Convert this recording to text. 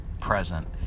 present